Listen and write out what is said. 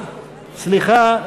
סליחה,